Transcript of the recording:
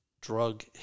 drug